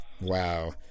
Wow